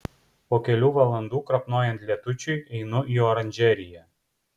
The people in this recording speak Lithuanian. po kelių valandų krapnojant lietučiui einu į oranžeriją